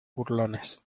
burlones